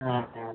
हाँ हाँ